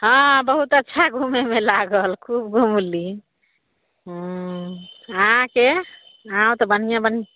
हँ बहुत अच्छा घूमेमे लागल खूब घुमली हूँ आहाँके अहाॅं तऽ बढ़िऑं बढ़िऑं